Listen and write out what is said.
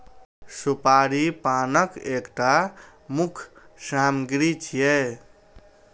सुपारी पानक एकटा मुख्य सामग्री छियै